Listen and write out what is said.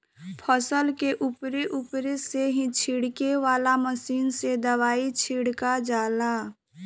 फसल के उपरे उपरे से ही छिड़के वाला मशीन से दवाई छिड़का जाला